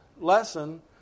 lesson